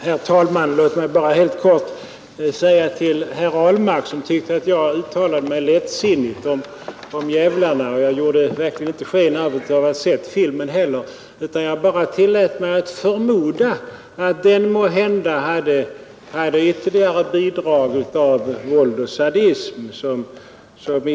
Herr talman! Låt mig bara helt kort säga några ord till herr Ahlmark, som tyckte att jag uttalade mig lättsinnigt om filmen Djävlarna. Jag gjorde mig inte sken av att ha sett filmen utan tillät mig bara att förmoda att den måhända hade ytterligare inslag av våld och sadism.